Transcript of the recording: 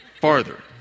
farther